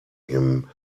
him